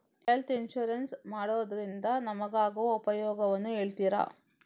Health insurance ಮಾಡೋದ್ರಿಂದ ನಮಗಾಗುವ ಉಪಯೋಗವನ್ನು ಹೇಳ್ತೀರಾ?